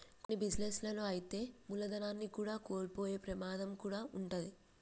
కొన్ని బిజినెస్ లలో అయితే మూలధనాన్ని కూడా కోల్పోయే ప్రమాదం కూడా వుంటది